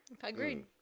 Agreed